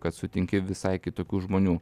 kad sutinki visai kitokių žmonių